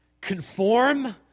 Conform